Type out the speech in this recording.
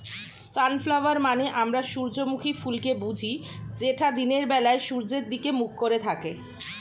sunflower মানে আমরা সূর্যমুখী ফুলকে বুঝি যেটা দিনের বেলায় সূর্যের দিকে মুখ করে থাকে